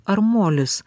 ar molis